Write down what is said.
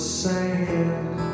sand